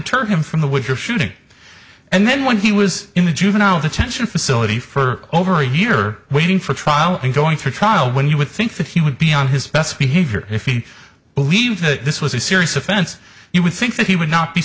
deter him from the with your shooting and then when he was in the juvenile detention facility for over a year waiting for trial and going to trial when you would think that he would be on his best behavior if he believed this was a serious offense you would think that he would not be